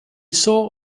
saw